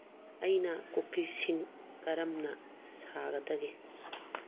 ꯑꯩꯅ ꯀꯨꯀꯤꯁꯁꯤꯡ ꯀꯔꯝꯅ ꯁꯥꯒꯗꯒꯦ